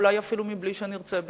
אולי אפילו מבלי שנרצה בכך.